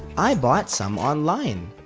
i bought some online.